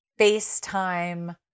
FaceTime